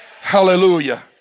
Hallelujah